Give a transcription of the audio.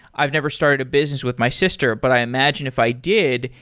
i've never started a business with my sister, but i imagine if i did,